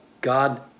God